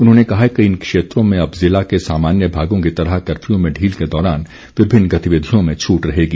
उन्होंने कहा कि इन क्षेत्रों में अब जिला के सामान्य भागों की तरह कफ्यू में ढील के दौरान विभिन्न गतिविधियों में छूट रहेगी